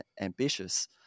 ambitious